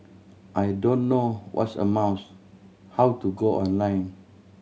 I don't know what's a mouse how to go online